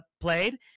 played